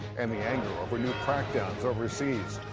and the anger over new crackdown overseas.